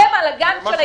על הדבר הזה?